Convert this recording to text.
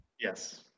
yes